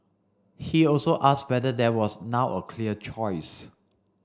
he also asked whether there was now a clear choice